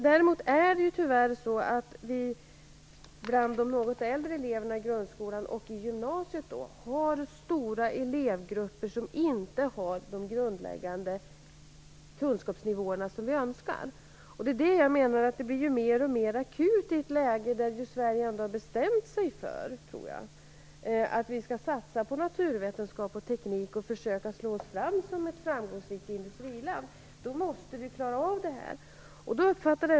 Däremot har stora grupper av de något äldre eleverna i grundskolan och i gymnasiet inte de grundläggande kunskapsnivåer som vi önskar att de hade. Läget blir ju mer och mer akut. Sverige har ändå bestämt sig för att vi skall satsa på naturvetenskap och teknik och försöka att slå oss fram som ett framgångsrikt industriland. Då måste vi klara av detta.